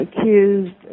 accused